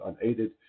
unaided